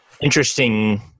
Interesting